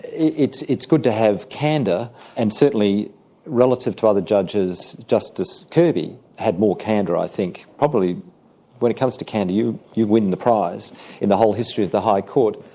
it's it's good to have candour and and certainly relative to other judges, justice kirby had more candour i think, probably when it comes to candour you you win the prize in the whole history of the high court,